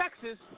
Texas